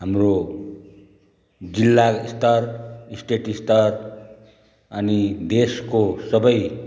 हाम्रो जिल्ला स्तर स्टेट स्तर अनि देशको सबै